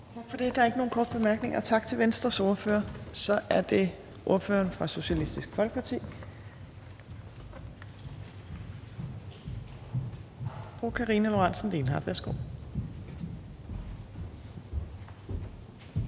for det. Der er ikke nogen korte bemærkninger. Tak til Venstres ordfører. Så er det ordføreren fra Socialistisk Folkeparti. Fru Karina Lorentzen Dehnhardt,